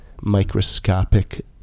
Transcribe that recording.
microscopic